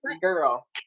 Girl